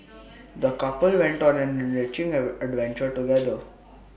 the couple went on an enriching Ad adventure together